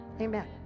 Amen